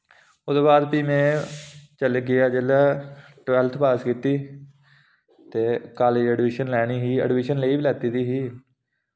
ओह्दे बाद फ्ही में चली गेआ जिल्लै ट्वैल्फ्थ पास कीती ते कालेज एडमिशन लैनी ही एडमिशन लेई बी लैती दी ही